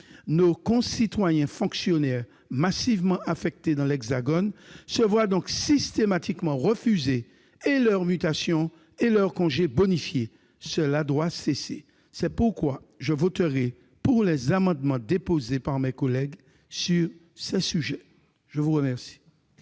Nos concitoyens fonctionnaires massivement affectés dans l'Hexagone se voient donc systématiquement refuser leurs mutations et leurs congés bonifiés. Cela doit cesser ! C'est pourquoi je voterai les amendements déposés par mes collègues sur ces sujets. La parole